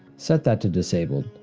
set that to disabled.